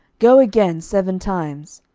go again seven times.